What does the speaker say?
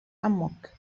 عمك